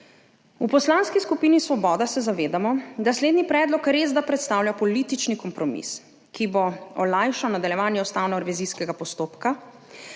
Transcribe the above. V Poslanski skupini Svoboda se zavedamo, da slednji predlog resda predstavlja politični kompromis, ki bo olajšal nadaljevanje ustavnorevizijskega postopka,